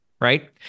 right